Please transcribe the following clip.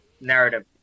narrative